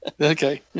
Okay